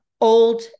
old